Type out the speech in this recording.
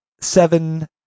seven